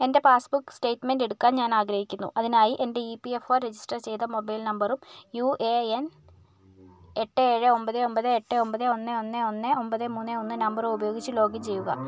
എൻ്റെ passbook statement എടുക്കാൻ ഞാൻ ആഗ്രഹിക്കുന്നു അതിനായി എൻ്റെ E P F O register ചെയ്ത മൊബൈൽ നമ്പറും യു എ എൻ എട്ട് ഏഴ് ഒമ്പത് ഒമ്പത് എട്ട് ഒമ്പത് ഒന്ന് ഒന്ന് ഒന്ന് ഒമ്പത് മൂന്ന് ഒന്ന് നമ്പർ ഉപയോഗിച്ച് ലോഗിൻ ചെയ്യുക